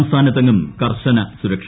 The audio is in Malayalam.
സംസ്ഥാനത്തെങ്ങും കർശന സുരക്ഷ